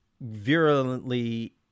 virulently